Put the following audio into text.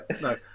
no